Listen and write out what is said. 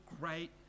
great